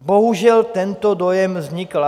Bohužel tento dojem vznikl.